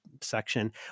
section